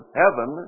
heaven